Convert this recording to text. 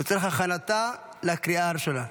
לצורך הכנתה לקריאה הראשונה.